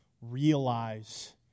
realize